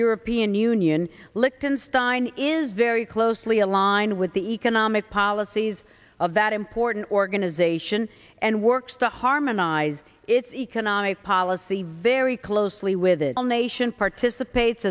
european union liechtenstein is very closely aligned with the economic policies of that important organization and works to harmonize its economic policy very closely with it all nation participates